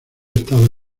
estado